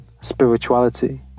spirituality